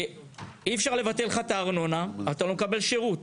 אי אפשר לבטל לך את הארנונה, אתה לא מקבל שירות.